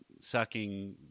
sucking